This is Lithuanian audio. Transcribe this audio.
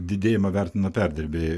didėjimą vertina perdirbėjai